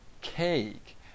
cake